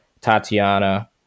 Tatiana